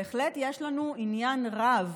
אז בהחלט יש לנו עניין רב